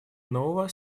нового